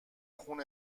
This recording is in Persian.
خون